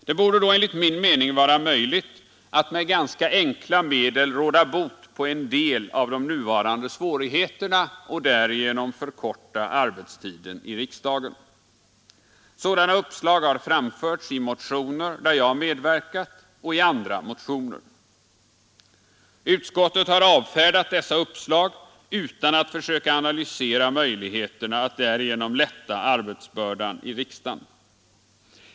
Det borde då enligt min mening vara möjligt att med ganska enkla medel råda bot på en del av de nuvarande svårigheterna och därigenom förkorta arbetstiden i riksdagen. Sådana uppslag har framförts i motioner där jag medverkat och i andra motioner. Utskottet har avfärdat dessa uppslag utan att försöka analysera möjligheterna att därigenom lätta arbetsbördan i riksdagen.